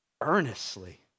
earnestly